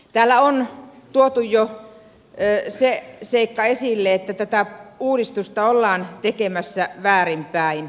täällä on tuotu jo se seikka esille että tätä uudistusta ollaan tekemässä väärin päin